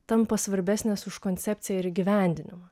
tampa svarbesnės už koncepciją ir įgyvendinimą